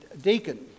deacon